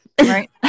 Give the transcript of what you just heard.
right